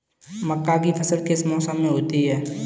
मक्का की फसल किस मौसम में होती है?